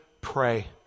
pray